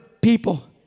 people